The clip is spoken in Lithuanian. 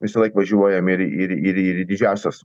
visąlaik važiuojam ir ir ir ir į didžiąsias